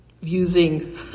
Using